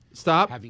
Stop